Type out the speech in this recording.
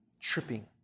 tripping